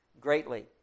greatly